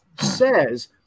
says